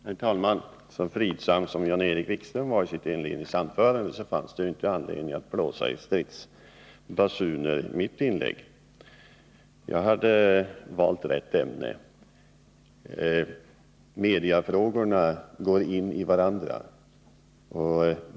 Herr talman! Så fridsam som Jan-Erik Wikström var i sitt inledningsanförande fanns det inte anledning för mig att blåsa i stridsbasuner i mitt inlägg. Jag hade valt rätt ämne. Mediefrågorna går in i varandra.